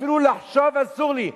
אפילו לחשוב אסור לי.